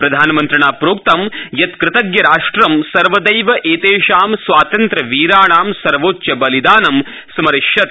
प्रधानमन्त्रिणा प्रोक्तं यत कृतजराष्ट्र सर्वदैव एतेषां स्वातन्त्र्यवीराणां सर्वोच्च बलिदानं स्मरिष्यति